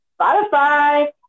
Spotify